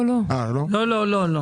לא, לא.